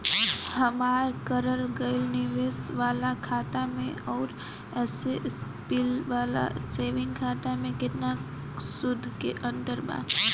हमार करल गएल निवेश वाला खाता मे आउर ऐसे सिंपल वाला सेविंग खाता मे केतना सूद के अंतर बा?